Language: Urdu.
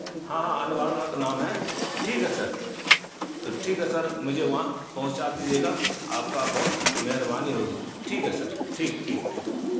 ہاں ہاں انوار الحق نام ہے ٹھیک ہے سر تو ٹھیک ہے سر مجھے وہاں پہنچا دیجیے گا آپ کا بہت مہربانی ہوگی ٹھیک ہے سر ٹھیک ٹھیک ٹھیک